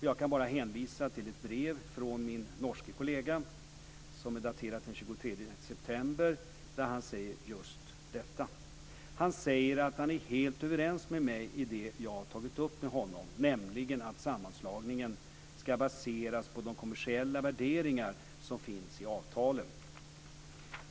Jag kan bara hänvisa till ett brev från min norske kollega, som är daterat den 23 september, där han säger just detta. Han säger att han är helt överens med mig i det jag tagit upp med honom, nämligen att sammanslagningen ska baseras på de kommersiella värderingar som finns i avtalen. 5.